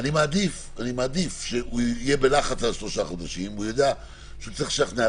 אני מעדיף שהוא יהיה בלחץ על שלושה חודשים והוא יידע שהוא צריך לשכנע.